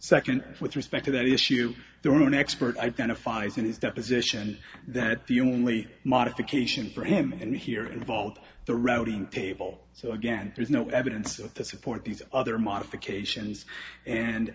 second with respect to that issue their own expert identifies in his deposition that the only modification for him and here involved the routing table so again there is no evidence to support these other modifications and